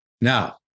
Now